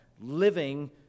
living